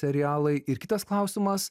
serialai ir kitas klausimas